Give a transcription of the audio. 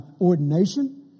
ordination